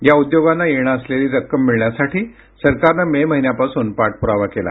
या उद्योगांना येणं असलेली रक्कम मिळण्यासाठी सरकारनं मे महिन्यापासून पाठपुरावा केला